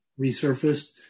resurfaced